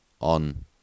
on